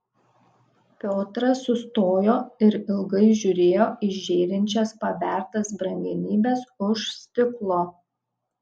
piotras sustojo ir ilgai žiūrėjo į žėrinčias pabertas brangenybes už stiklo